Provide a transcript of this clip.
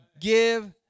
give